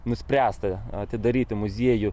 nuspręsta atidaryti muziejų